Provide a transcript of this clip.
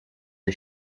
the